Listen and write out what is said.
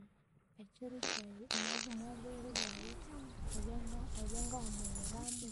ekyiru kyayi omwa omwabiru byayi ebyanga ebyangahumuliramu,